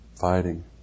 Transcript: fighting